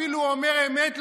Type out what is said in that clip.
אפילו אומר אמת,